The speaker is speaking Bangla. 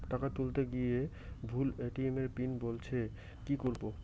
টাকা তুলতে গিয়ে ভুল এ.টি.এম পিন বলছে কি করবো?